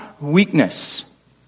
weakness